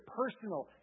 personal